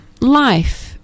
life